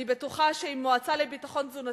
אני בטוחה שעם מועצה לביטחון תזונתי,